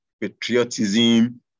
patriotism